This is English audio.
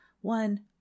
one